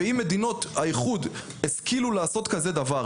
ואם מדינות האיחוד השכילו לעשות כזה דבר,